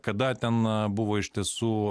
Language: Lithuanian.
kada ten buvo iš tiesų